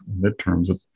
midterms